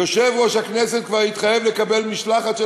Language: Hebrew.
יושב-ראש הכנסת כבר התחייב לקבל משלחת של החקלאים,